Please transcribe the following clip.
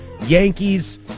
Yankees